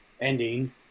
ending